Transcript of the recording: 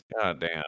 Goddamn